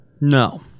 No